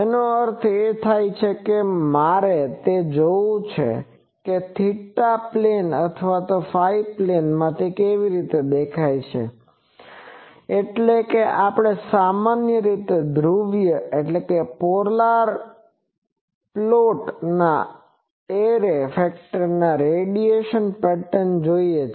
જેનો અર્થ થાય છે કે જો મારે તે જોવું છે કે થીટા પ્લેન અથવા ફાઇ પ્લેનમાં તે કેવી દેખાય છે એટલે કે આપણે સામાન્ય રીતે ધ્રુવીય પ્લોટના એરે ફેક્ટરની રેડીયેસન પેટર્ન જોઈએ છે